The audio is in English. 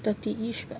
thirty-ish bah